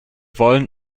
wollen